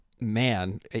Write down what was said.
man